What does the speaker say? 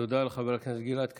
תודה לחבר הכנסת גלעד קריב.